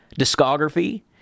discography